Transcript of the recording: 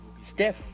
Steph